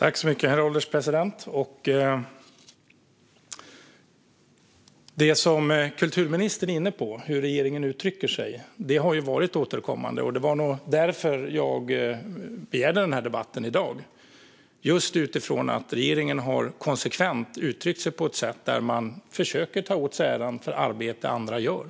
Herr ålderspresident! Det som kulturministern är inne på, hur regeringen uttrycker sig, har varit en återkommande fråga. Jag ställde den här interpellationen just för att regeringen konsekvent har uttryckt sig på ett sådant sätt att man försöker ta åt sig äran för arbete som andra gör.